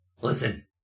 Listen